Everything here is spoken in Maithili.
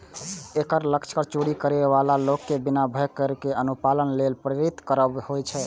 एकर लक्ष्य कर चोरी करै बला लोक कें बिना भय केर कर अनुपालन लेल प्रेरित करब होइ छै